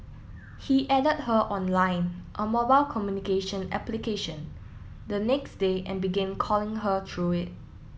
he added her on Line a mobile communication application the next day and began calling her through it